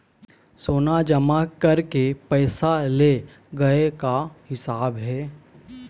सोना जमा करके पैसा ले गए का हिसाब हे?